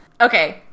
Okay